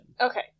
Okay